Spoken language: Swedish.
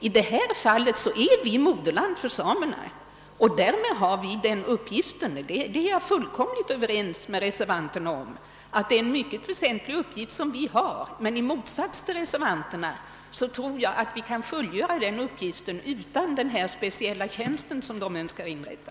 I detta fall är vi moderland för samerna, och därmed har vi en mycket väsentlig uppgift — det är jag fullt överens med reservanterna om. I motsats till reservanterna tror jag emellertid att vi kan fullgöra den uppgiften utan denna speciella tjänst som reservanterna önskar inrätta.